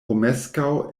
romeskaŭ